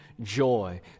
joy